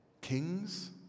Kings